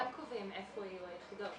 אבל היום אתם קובעים איפה יהיו היחידות.